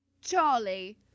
Charlie